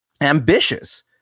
ambitious